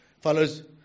follows